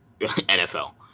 NFL